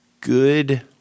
good